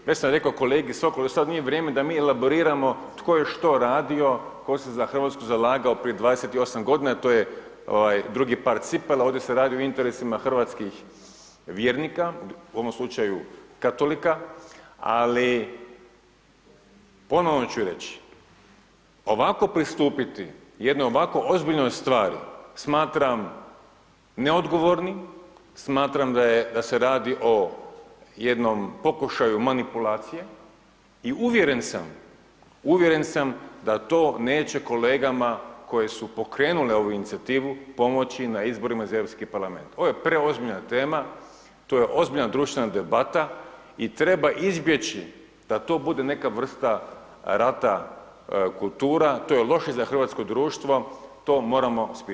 Već sam rekao kolegi Sokolu, sad nije vrijeme da mi elaboriramo tko je što radio, tko se za Hrvatsku zalagao prije 28 g., to je drugi par cipela, ovdje se radi o interesima hrvatskih vjernika, u ovom slučaju katolika ali ponovno ću reći, ovako pristupiti jednoj ovako ozbiljnoj stvari, smatram neodgovornim, smatram da se radi o jednom pokušaju manipulacije i uvjeren sam da to neće kolegama koje su pokrenule ovu inicijativu pomoći na izborima za Europski parlament, ovo je preozbiljna tema, to je ozbiljna društvena debata i treba izbjeći da to bude neka vrsta rata kultura, to je loše za hrvatsko društvo, to moramo spriječiti.